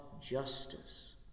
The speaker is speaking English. justice